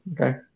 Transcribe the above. Okay